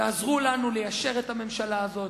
תעזרו לנו ליישר את הממשלה הזאת,